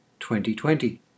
2020